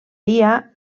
dia